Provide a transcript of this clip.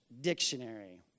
Dictionary